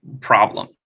problem